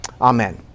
Amen